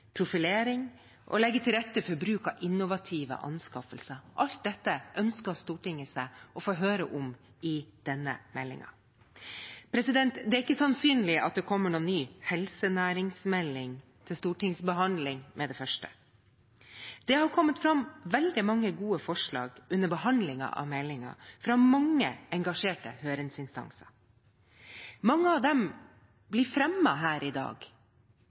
profilering, og legge til rette for bruk av innovative anskaffelser. Alt dette ønsket Stortinget å få høre om i denne meldingen. Det er ikke sannsynlig at det kommer noen ny helsenæringsmelding til stortingsbehandling med det første. Det har kommet fram veldig mange gode forslag under behandlingen av meldingen fra mange engasjerte høringsinstanser. Mange av dem blir fremmet her i dag